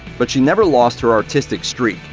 but she never lost her artistic streak.